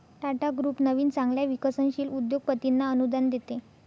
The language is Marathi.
टाटा ग्रुप नवीन चांगल्या विकसनशील उद्योगपतींना अनुदान देते